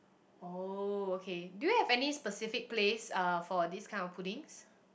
oh okay do you have any specific place uh for this kind of puddings